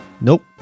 Nope